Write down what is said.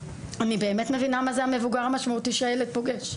אני באמת מבינה מה זה המבוגר המשמעותי שהילד פוגש.